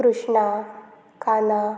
Krishna Kanha